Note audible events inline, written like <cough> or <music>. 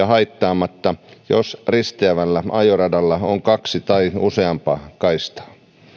<unintelligible> haittaamatta jos risteävällä ajoradalla on kaksi tai useampi kaista